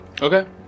Okay